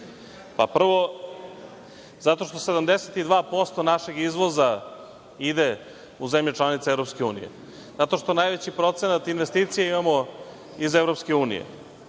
Prvo, zato što 72% našeg izvoza ide u zemlje članice EU, zato što najveći procenat investicija imamo iz EU,